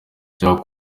jack